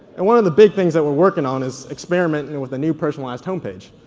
and one of the big things that we're working on is experimenting with a new personalized home page.